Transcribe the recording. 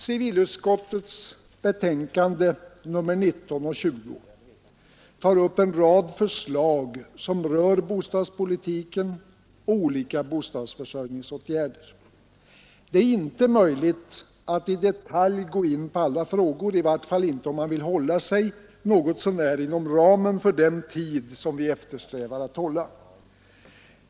Civilutskottets betänkanden nr 19 och 20 tar upp en rad förslag som rör bostadspolitiken och olika bostadsförsörjningsåtgärder. Det är inte möjligt att i detalj gå in på alla frågor, i vart fall inte om man vill hålla sig något så när inom ramen för den tid som vi eftersträvar att hålla.